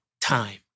time